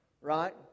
right